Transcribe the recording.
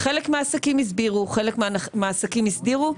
חלק מהעסקים הסבירו, חלק מהעסקים הסדירו.